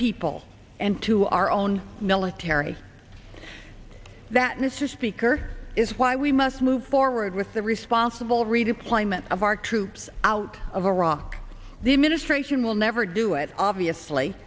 people and to our own military that mr speaker is why we must move forward with the responsible redeployment of our troops out of iraq the administration will never do it obviously